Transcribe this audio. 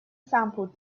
sampled